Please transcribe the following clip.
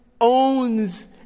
owns